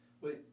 Wait